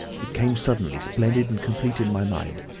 it came suddenly, splendid and complete in my mind.